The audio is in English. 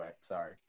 sorry